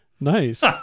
Nice